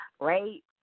Right